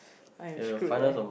I am screwed eh